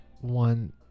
one